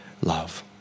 love